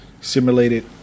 simulated